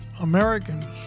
Americans